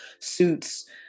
suits